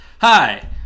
Hi